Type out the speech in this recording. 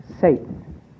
Satan